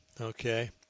Okay